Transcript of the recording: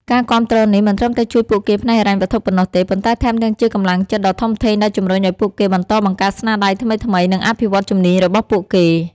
ការគាំទ្រនេះមិនត្រឹមតែជួយពួកគេផ្នែកហិរញ្ញវត្ថុប៉ុណ្ណោះទេ ប៉ុន្តែថែមទាំងជាកម្លាំងចិត្តដ៏ធំធេងដែលជំរុញឲ្យពួកគេបន្តបង្កើតស្នាដៃថ្មីៗ និងអភិវឌ្ឍន៍ជំនាញរបស់ពួកគេ។